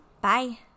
Bye